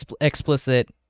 explicit